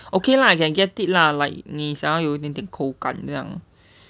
okay lah I can can get it lah like 你想要有一点口感这样